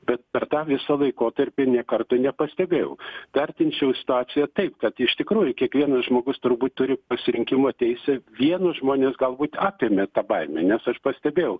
bet per tą visą laikotarpį nė karto nepastebėjau vertinčiau situaciją taip kad iš tikrųjų kiekvienas žmogus turbūt turi pasirinkimo teisę vienus žmones galbūt apėmė ta baimė nes aš pastebėjau